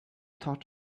thought